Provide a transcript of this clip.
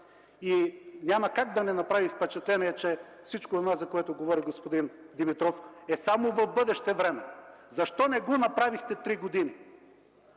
Няма как да не направи впечатление, че всичко онова, за което говори господин Димитров, е само в бъдеще време! Защо не го направихте три години?